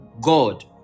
God